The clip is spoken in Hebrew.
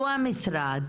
שהוא המשרד,